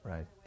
Right